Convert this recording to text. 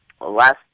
Last